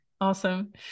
awesome